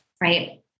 right